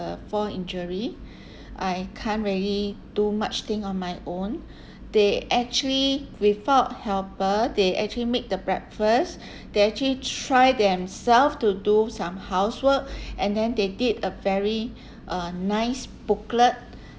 fall injury I can't really do much thing on my own they actually without helper they actually make the breakfast they actually try themself to do some housework and then they did a very uh nice booklet